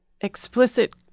explicit